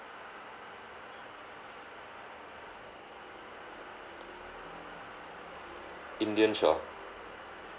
indian shop